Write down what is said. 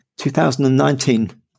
2019